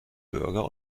bürger